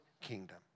kingdom